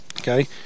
Okay